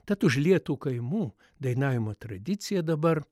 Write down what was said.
tad užlietų kaimų dainavimo tradicija dabar